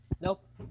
Nope